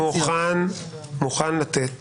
אני מוכן לתת